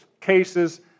cases